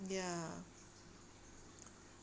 ya